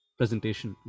presentation